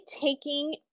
taking